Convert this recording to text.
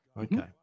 Okay